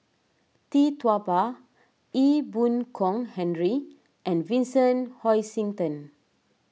Tee Tua Ba Ee Boon Kong Henry and Vincent Hoisington